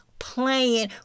playing